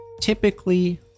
typically